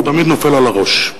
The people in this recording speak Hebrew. הוא תמיד נופל על הראש,